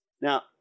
Now